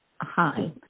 Hi